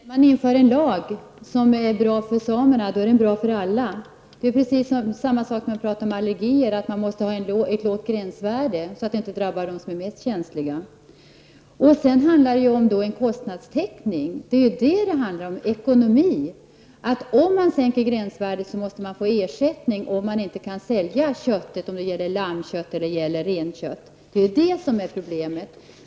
Herr talman! Om man inför en lag som är bra för samerna är den bra för alla. Det är precis samma sak som när man pratar om allergier. Man måste ha ett lågt gränsvärde så att inte de mest känsliga drabbas. Dessutom handlar det om kostnadstäckning. Det är ekonomi det handlar om. Om gränsvärdet sänks måste producenterna få ersättning om de inte kan sälja köttet, t.ex. lammkött eller renkött. Det är det som är problemet.